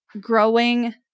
growing